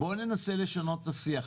בואו ננסה לשנות את השיח,